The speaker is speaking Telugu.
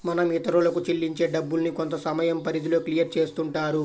మనం ఇతరులకు చెల్లించే డబ్బుల్ని కొంతసమయం పరిధిలో క్లియర్ చేస్తుంటారు